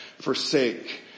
forsake